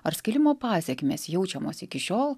ar skilimo pasekmės jaučiamos iki šiol